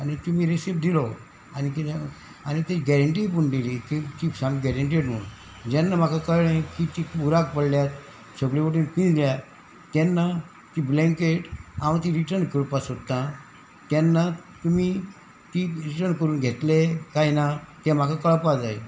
आनी तुमी रिसीप दिलो आनी किदें आनी ती गॅरंटी पूण दिली की ती सामकी गॅरंटीड म्हणून जेन्ना म्हाका कळ्ळें की ती बुराक पडल्यात सगळे वटेन पिनल्या तेन्ना ती ब्लँकेट हांव ती रिटर्न करपाक सोदतां तेन्ना तुमी ती रिटर्न करून घेतले कांय ना ते म्हाका कळपा जाय